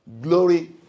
Glory